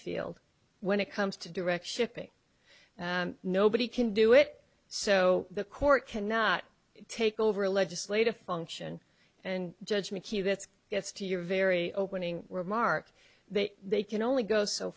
field when it comes to direction and nobody can do it so the court cannot take over a legislative function and judge mchugh that's gets to your very opening remark that they can only go so